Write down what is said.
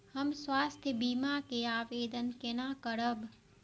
हम स्वास्थ्य बीमा के आवेदन केना करब?